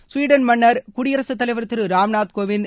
Sweden மன்னர் குடியரசுத் தலைவர் திரு ராம்நாத் கோவிந்த்